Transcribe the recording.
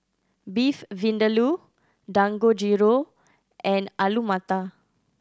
Beef Vindaloo Dangojiru and Alu Matar